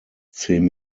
zehn